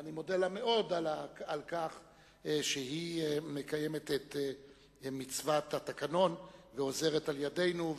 ואני מודה לה מאוד על כך שהיא מקיימת את מצוות התקנון ועוזרת על-ידינו.